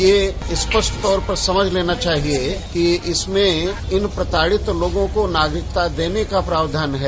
ये स्पष्ट तौर पर समझ लेना चाहिए कि इसमें इन प्रताड़ित लोगों को नागरिकता देने का प्राविधान है